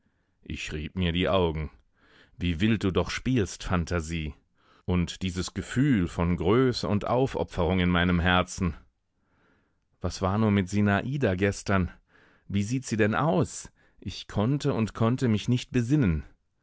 ich rieb mir die augen wie wild du doch spielst phantasie und dieses gefühl von größe und aufopferung in meinem herzen was war nur mit sinada gestern wie sieht sie denn aus ich konnte und konnte mich nicht besinnen